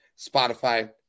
Spotify